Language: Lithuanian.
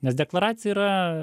nes deklaracija yra